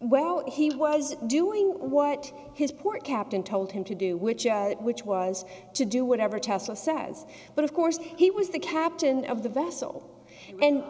well he was doing what his port captain told him to do which at which was to do whatever test of size but of course he was the captain of the vessel and